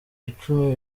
icumi